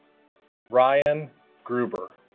ryan gruber